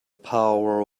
power